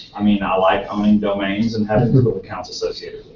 i mean, i like owning domains and having google accounts associated